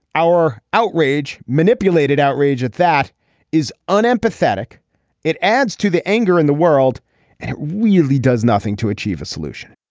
our outrage manipulated outrage at that is an empathetic it adds to the anger in the world and it really does nothing to achieve a solution